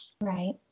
Right